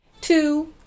Two